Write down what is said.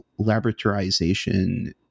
laboratorization